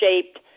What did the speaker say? shaped